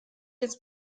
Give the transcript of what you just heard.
jetzt